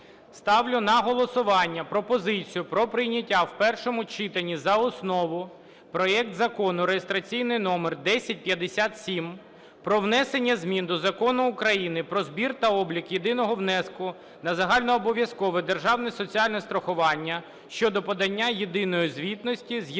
Ставлю на голосування пропозицію про прийняття в першому читанні за основу проект Закону (реєстраційний номер 1057) про внесення змін до Закону України "Про збір та облік єдиного внеску на загальнообов'язкове державне соціальне страхування" щодо подання єдиної звітності з